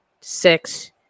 six